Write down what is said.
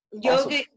Yoga